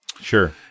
Sure